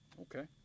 Okay